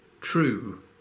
true